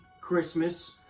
Christmas